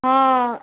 ହଁ